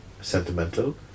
sentimental